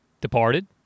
Departed